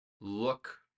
look